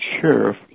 sheriff